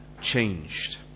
changed